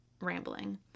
rambling